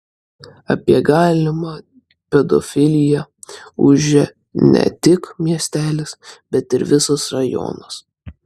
apie galimą pedofiliją ūžė ne tik miestelis bet ir visas rajonas